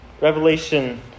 Revelation